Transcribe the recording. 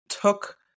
took